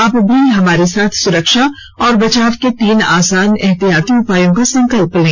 आप भी हमारे साथ सुरक्षा और बचाव के तीन आसान एहतियाती उपायों का संकल्प लें